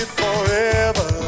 forever